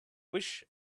wish